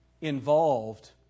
involved